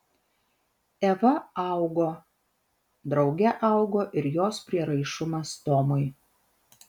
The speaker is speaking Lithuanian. eva augo drauge augo ir jos prieraišumas tomui